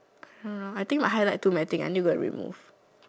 ya lor I think my highlight too many thing I need to go remove